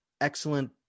excellent